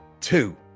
two